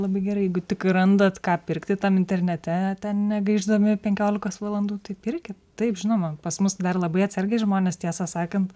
labai gerai jeigu tik randat ką pirkti tam internete ten negaišdami penkiolikos valandų taip pirkit taip žinoma pas mus dar labai atsargiai žmonės tiesą sakant